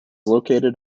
located